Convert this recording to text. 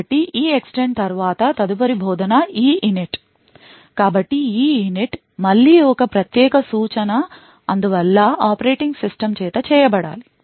కాబట్టి EEXTEND తరువాత తదుపరి బోధన EINIT కాబట్టి EINIT మళ్ళీ ఒక ప్రత్యేక సూచన అందువల్ల ఆపరేటింగ్ సిస్టమ్ చేత చేయబడాలి